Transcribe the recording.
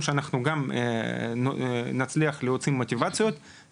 שגם נוכל להכניס את המוטיבציה ולעבוד איתם,